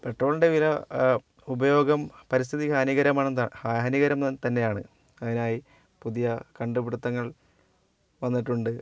പെട്രോളിൻ്റെ വില ഉപയോഗം പരിസ്ഥിതി ഹാനീകരമാണന്താ ഹാനീകരം തന്നെയാണ് അയിനായി പുതിയ കണ്ടുപിടിത്തങ്ങൾ വന്നിട്ടുണ്ട്